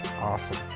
awesome